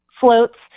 Floats